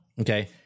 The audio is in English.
okay